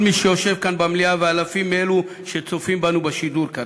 כל מי שיושב כאן במליאה ואלפים מאלו שצופים בנו בשידור כרגע,